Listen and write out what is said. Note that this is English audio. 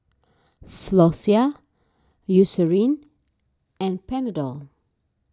Floxia Eucerin and Panadol